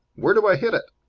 where do i hit it?